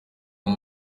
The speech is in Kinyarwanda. uyu